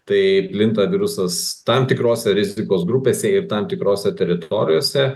tai plinta virusas tam tikros rizikos grupėse ir tam tikrose teritorijose